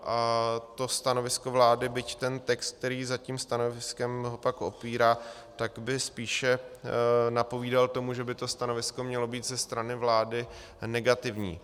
A to stanovisko vlády, byť ten text, který za tím stanoviskem ho pak popírá, by spíše napovídal tomu, že by to stanovisko mělo být ze strany vlády negativní.